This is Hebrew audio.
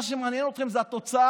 מה שמעניין אתכם זאת התוצאה,